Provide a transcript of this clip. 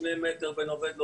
שני מטר בין עובד לעובד,